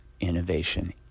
innovation